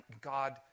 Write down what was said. God